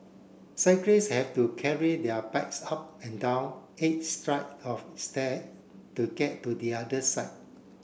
cyclist have to carry their bikes up and down eight of stair to get to the other side